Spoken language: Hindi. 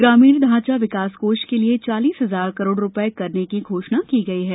ग्रामीण ढांचा विकास कोष के लिए चालीस हजार करोड़ रूपये करने की घोषणा की गई है